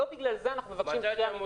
לא בגלל זה אנחנו מבקשים דחייה.